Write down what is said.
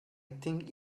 think